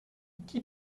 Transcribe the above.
qui